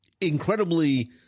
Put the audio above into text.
incredibly